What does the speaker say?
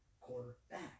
quarterback